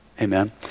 amen